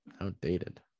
outdated